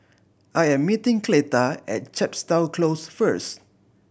I am meeting Cleta at Chepstow Close first